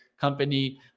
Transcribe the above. company